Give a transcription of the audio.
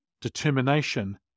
determination